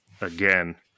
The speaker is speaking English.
again